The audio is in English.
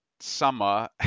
summer